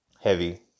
heavy